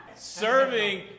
Serving